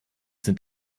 sind